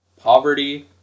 Poverty